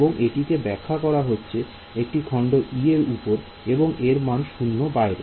এবং এটি কে ব্যাখ্যা করা হচ্ছে একটি খন্ড e এর উপর এবং এর মান 0 বাইরে